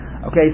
Okay